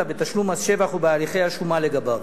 אלא בתשלום מס שבח ובהליכי השומה לגביו.